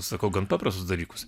sakau gan paprastus dalykus